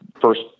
first